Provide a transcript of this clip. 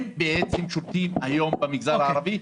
הם בעצם שולטים היום במגזר הערבי,